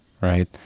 right